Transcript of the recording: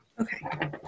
Okay